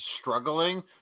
struggling